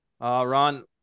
Ron